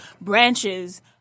branches